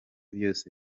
byose